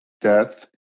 death